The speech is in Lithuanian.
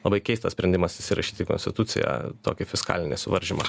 labai keistas sprendimas įsirašyti į konstituciją tokį fiskalinį suvaržymą